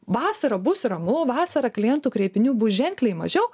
vasarą bus ramu vasarą klientų kreipinių bus ženkliai mažiau